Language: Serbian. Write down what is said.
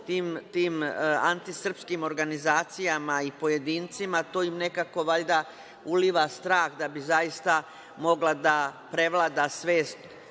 tim antisrpskim organizacijama i pojedincima, to im nekako valjda uliva strah da bi zaista mogla da prevlada svest